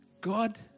God